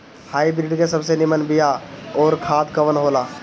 Hybrid के सबसे नीमन बीया अउर खाद कवन हो ला?